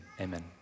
Amen